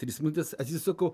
trys minutės atsisuku